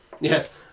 Yes